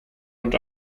und